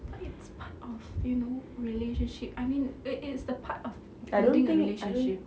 but it's part of you know relationship I mean it it's the part of ending a relationship